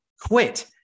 quit